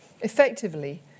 effectively